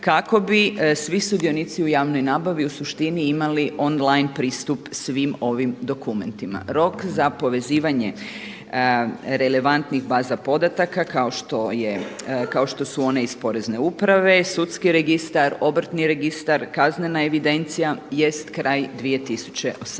kako bi svi sudionici u javnoj nabavi u suštini imali on line pristup svim ovim dokumentima. Rok za povezivanje relevantnih baza podataka kao što su one iz Porezne uprave, sudski registar, obrtni registar, kaznena evidencija jest kraj 2018.